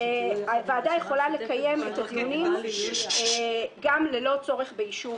הוועדה יכולה לקיים את הדיונים גם ללא צורך באישור